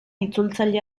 itzultzaile